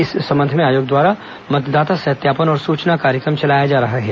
इस संबंध में आयोग द्वारा मतदाता सत्यापन और सूचना कार्यक्रम चलाया जा रहा है